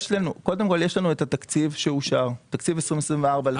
יש לנו את התקציב שאושר, תקציב 2024 לחוק.